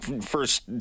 first